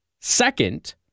Second